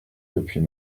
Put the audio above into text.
depuis